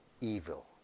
evil